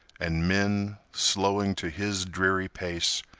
and men, slowing to his dreary pace,